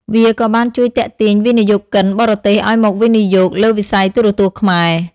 វាក៏បានជួយទាក់ទាញវិនិយោគិនបរទេសឱ្យមកវិនិយោគលើវិស័យទូរទស្សន៍ខ្មែរ។